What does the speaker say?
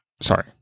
Sorry